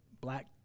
black